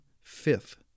fifth